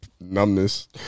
numbness